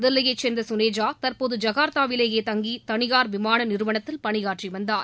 தில்லியை சேர்ந்த சுனேஜா தற்போது ஜகர்தாவிலேயே தங்கி தனியார் விமான நிறுவனத்தில் பணியாற்றி வந்தார்